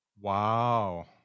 Wow